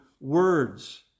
words